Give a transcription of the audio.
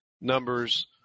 numbers